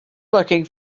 looking